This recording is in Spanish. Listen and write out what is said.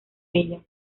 ellas